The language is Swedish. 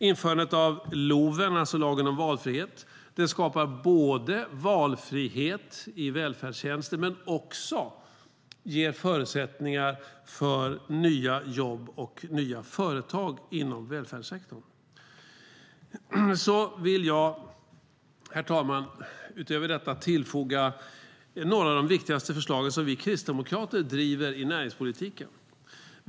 Införandet av LOV, alltså lagen om valfrihet, skapar valfrihet i välfärdstjänsterna men ger också förutsättningar för nya jobb och nya företag inom välfärdssektorn. Utöver detta, herr talman, vill jag tillfoga några av de viktigaste förslagen som vi kristdemokrater driver i näringspolitiken.